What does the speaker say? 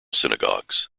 synagogues